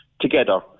together